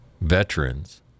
Veterans